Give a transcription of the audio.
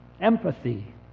empathy